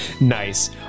Nice